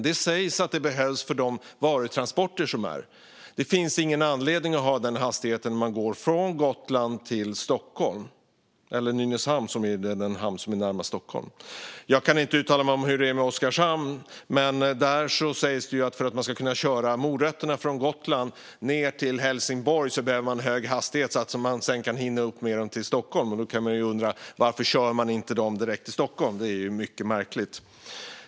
Det sägs att den behövs för de varutransporter som sker. Det finns ingen anledning att ha den hastigheten när man går från Gotland till Stockholm - eller Nynäshamn, som är den hamn som ligger närmast Stockholm. Jag kan inte uttala mig om hur det är med Oskarshamn, men det sägs att man för att kunna köra morötter från Gotland ned till Helsingborg behöver hålla hög hastighet så att man sedan hinner upp till Stockholm med dem. Varför kör man dem då inte direkt till Stockholm? Det är mycket märkligt.